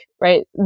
right